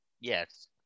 yes